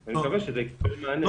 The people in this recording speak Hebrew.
התקציב, אני מקווה שזה ייתן מענה.